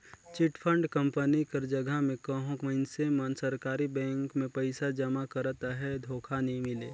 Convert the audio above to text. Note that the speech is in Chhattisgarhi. चिटफंड कंपनी कर जगहा में कहों मइनसे मन सरकारी बेंक में पइसा जमा करत अहें धोखा नी मिले